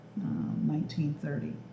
1930